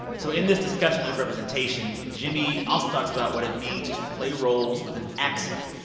so in this discussion of representation, jimmy also talks about what it means to play roles with an accent,